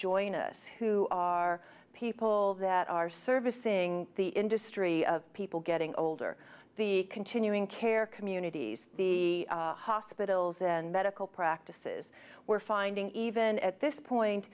join us who are people that are servicing the industry of people getting older the continuing care communities the hospitals and medical practices we're finding even at this